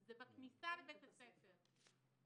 הן בכניסה לבית הספר.